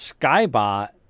SkyBot